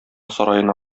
сараена